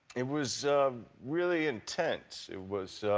it was really intense. it was,